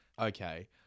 Okay